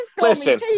Listen